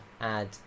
add